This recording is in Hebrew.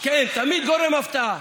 כן, תמיד גורם הפתעה.